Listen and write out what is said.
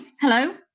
Hello